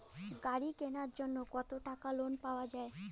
গাড়ি কিনার জন্যে কতো টাকা লোন পাওয়া য়ায়?